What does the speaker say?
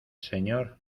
señor